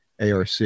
ARC